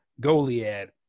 Goliad